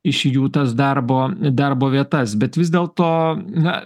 iš jų tas darbo darbo vietas bet vis dėlto na